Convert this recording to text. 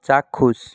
চাক্ষুষ